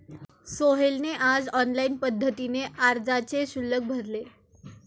सोहेलने आज ऑनलाईन पद्धतीने अर्जाचे शुल्क भरले